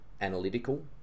analytical